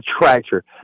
tractor